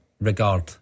regard